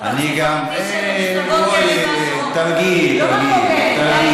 גם אני, את הפרצוף האמיתי